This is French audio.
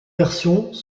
versions